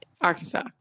Arkansas